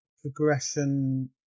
progression